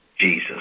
Jesus